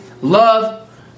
Love